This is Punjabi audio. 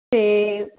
ਅਤੇ